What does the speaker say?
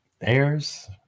airs